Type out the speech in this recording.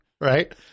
Right